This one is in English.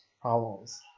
problems